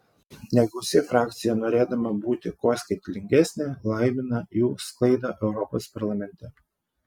negausi frakcija norėdama būti kuo skaitlingesnė laimina jų sklaidą europos parlamente